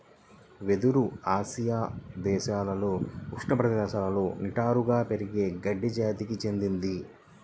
వెదురు ఆసియా దేశాలలో ఉష్ణ ప్రదేశాలలో నిటారుగా పెరిగే గడ్డి జాతికి చెందినది